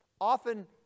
often